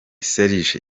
serge